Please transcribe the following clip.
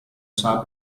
sub